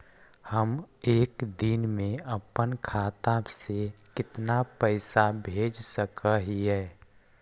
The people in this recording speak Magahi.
हम एक दिन में अपन खाता से कितना पैसा भेज सक हिय?